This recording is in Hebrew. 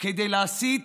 כדי להסית